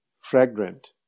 fragrant